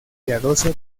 piadoso